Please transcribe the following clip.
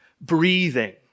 breathing